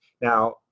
Now